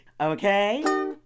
Okay